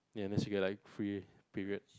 ya then she got like free period